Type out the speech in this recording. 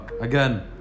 again